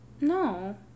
No